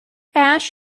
ash